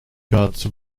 gods